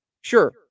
sure